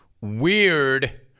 Weird